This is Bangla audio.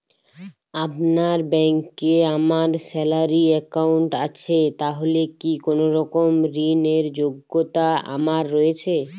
আপনার ব্যাংকে আমার স্যালারি অ্যাকাউন্ট আছে তাহলে কি কোনরকম ঋণ র যোগ্যতা আমার রয়েছে?